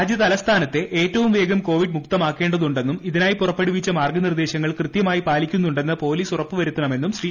രാജ്യതലസ്ഥാനത്തെ ഏറ്റവും വേഗം കോവിഡ് മുക്തമാക്കേണ്ടതുണ്ടെന്നും ഇതിനായി പുറപ്പെടുവിച്ച മാർഗ്ഗനിർദ്ദേശങ്ങൾ കൃത്യമായി പാലിക്കുന്നുണ്ടെന്നും പൊലീസ് ഉറപ്പുവരുത്തണമെന്നും ശ്രീ